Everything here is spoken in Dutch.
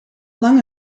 lang